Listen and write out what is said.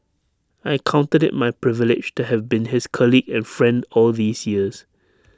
I counted IT my privilege to have been his colleague and friend all these years